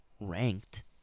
ranked